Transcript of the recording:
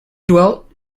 dwelt